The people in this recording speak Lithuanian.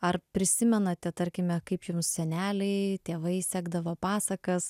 ar prisimenate tarkime kaip jums seneliai tėvai sekdavo pasakas